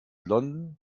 london